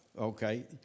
Okay